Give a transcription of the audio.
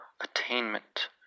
attainment